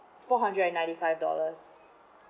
four hundred and ninety five dollars